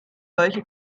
solche